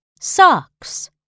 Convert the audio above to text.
Socks